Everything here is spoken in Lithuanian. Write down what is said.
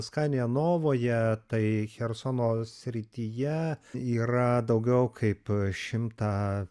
skania novoje tai chersono srityje yra daugiau kaip šimtą